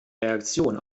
reaktion